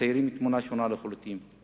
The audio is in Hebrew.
מציירים תמונה שונה לחלוטין.